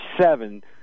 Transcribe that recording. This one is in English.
seven